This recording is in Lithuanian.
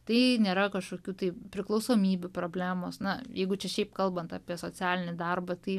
tai nėra kažkokių tai priklausomybių problemos na jeigu čia šiaip kalbant apie socialinį darbą tai